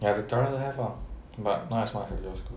ya victoria also have ah but not as much as your school